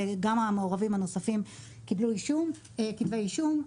וגם המעורבים הנוספים קיבלו אישום, כתבי אישום.